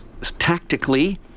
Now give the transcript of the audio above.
tactically